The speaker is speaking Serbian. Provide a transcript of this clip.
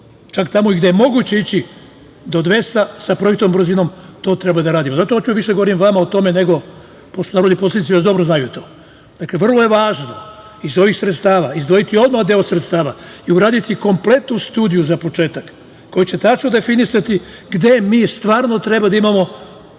Čak tamo gde je moguće ići do 200, sa projektnom brzinom, to treba da radimo i zato hoću više da govorim vama o tome, pošto narodni poslanici dobro to znaju. Dakle, vrlo je važno iz ovih sredstava, izdvojiti odmah deo sredstava i uraditi kompletnu studiju za početak koja će tačno definisati gde mi stvarno treba da imamo